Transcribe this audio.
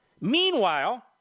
Meanwhile